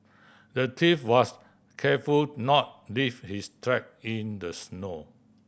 the thief was careful not leave his track in the snow